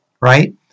right